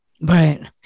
Right